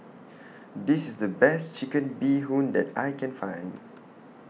This IS The Best Chicken Bee Hoon that I Can Find